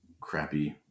crappy